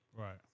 Right